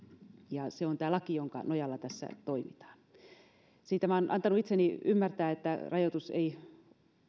ja se on tämä laki jonka nojalla tässä toimitaan siitä minä olen antanut itseni ymmärtää että rajoitus ei